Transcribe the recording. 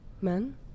Men